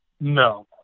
No